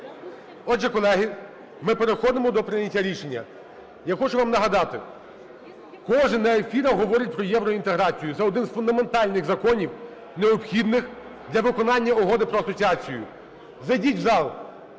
Отже, колеги, ми переходимо до прийняття рішення. Я хочу вам нагадати, кожен на ефірах говорить про євроінтеграцію. Це один з фундаментальних законів, необхідних для виконання Угоди про асоціацію. Зайдіть в зал,